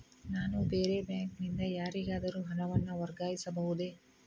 ನಾನು ಬೇರೆ ಬ್ಯಾಂಕ್ ನಿಂದ ಯಾರಿಗಾದರೂ ಹಣವನ್ನು ವರ್ಗಾಯಿಸಬಹುದೇ?